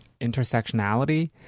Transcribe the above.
intersectionality